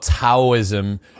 Taoism